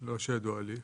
לא שידוע לי.